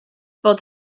bod